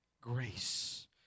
grace